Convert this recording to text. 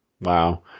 Wow